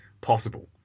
possible